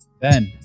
Ben